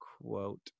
quote